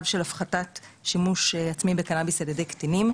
של הפחחת שימוש עצמי בקנאביס על ידי קטינים.